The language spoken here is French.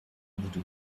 redoute